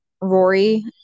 Rory